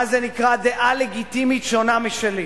מה זה נקרא דעה לגיטימית שונה משלי.